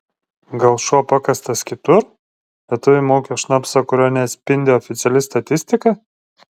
gal šuo pakastas kitur lietuviai maukia šnapsą kurio neatspindi oficiali statistika